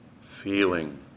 feeling